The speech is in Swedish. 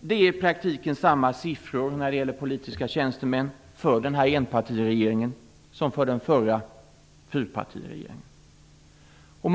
Det är i praktiken samma siffror när det gäller politiska tjänstemän för denna enpartiregering som för den förra fyrpartiregeringen.